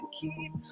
keep